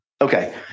Okay